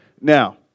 Now